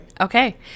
Okay